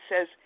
says